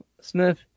Smith